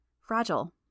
Fragile